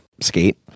skate